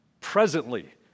presently